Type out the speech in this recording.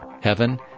heaven